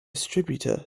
distributor